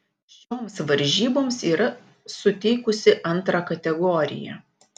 šioms varžyboms yra suteikusi antrą kategoriją